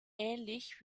ähnlich